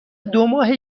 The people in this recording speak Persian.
دوماه